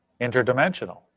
Interdimensional